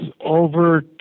over